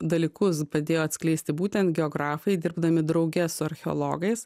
dalykus padėjo atskleisti būtent geografai dirbdami drauge su archeologais